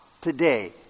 today